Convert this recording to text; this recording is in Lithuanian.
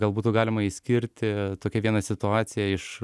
gal būtų galima išskirti tokią vieną situaciją iš